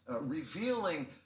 revealing